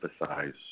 emphasize